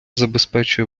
забезпечує